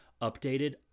updated